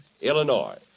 Illinois